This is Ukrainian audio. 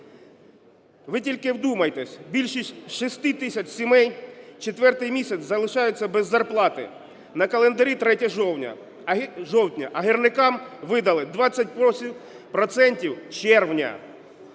Ви тільки вдумайтесь: більше 6 тисяч сімей четвертий місяць залишаються без зарплати. На календарі 3 жовтня, а гірникам видали 20